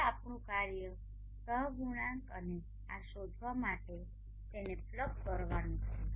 હવે આપણું કાર્ય સહગુણાંક અને આ શોધવા માટે અને તેને પ્લગ કરવાનું છે